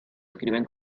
escriben